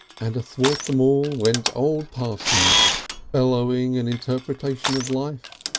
and athwart them all went old parsons bellowing an interpretation of life,